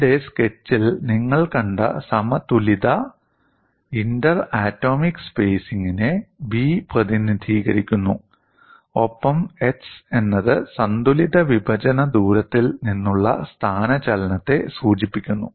ഇവിടെ സ്കെച്ചിൽ നിങ്ങൾ കണ്ട സമതുലിത ഇന്റർ ആറ്റോമിക് സ്പേസിംഗിനെ b പ്രതിനിധീകരിക്കുന്നു ഒപ്പം x എന്നത് സന്തുലിത വിഭജന ദൂരത്തിൽ നിന്നുള്ള സ്ഥാനചലനത്തെ സൂചിപ്പിക്കുന്നു